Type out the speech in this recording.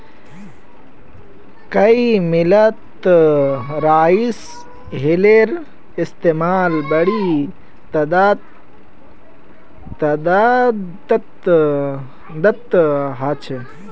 कई मिलत राइस हुलरेर इस्तेमाल बड़ी तदादत ह छे